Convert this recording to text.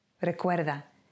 Recuerda